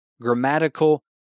grammatical